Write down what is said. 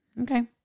okay